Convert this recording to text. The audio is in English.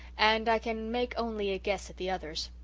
and i can make only a guess at the others.